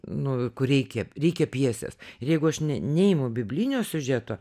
nu kur reikia reikia pjesės ir jeigu aš ne neimu biblinio siužeto